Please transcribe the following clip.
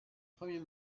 premier